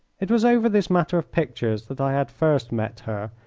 it was over this matter of pictures that i had first met her,